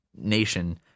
nation